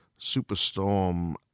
superstorm